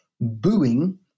booing